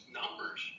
numbers